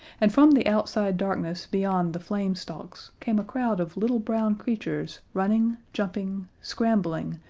and from the outside darkness beyond the flame-stalks came a crowd of little brown creatures running, jumping, scrambling,